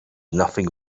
nothing